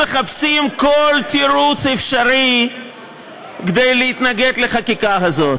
אתם מחפשים כל תירוץ אפשרי כדי להתנגד לחקיקה הזאת?